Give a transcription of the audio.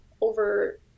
over